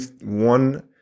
one